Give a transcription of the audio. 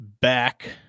back